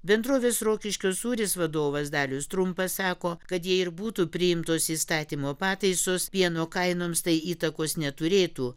bendrovės rokiškio sūris vadovas dalius trumpa sako kad jei ir būtų priimtos įstatymo pataisos pieno kainoms tai įtakos neturėtų